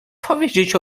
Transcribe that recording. powiedzieć